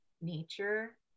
nature